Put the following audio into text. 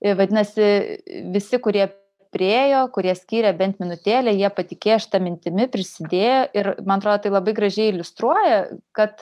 ir vadinasi visi kurie priėjo kurie skyrė bent minutėlę jie patikėjo šita mintimi prisidėjo ir man atrodo tai labai gražiai iliustruoja kad